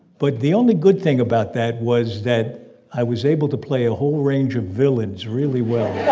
but the only good thing about that was that i was able to play a whole range of villains really well